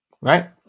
right